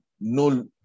no